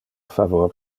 favor